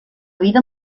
vida